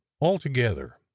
altogether